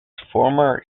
former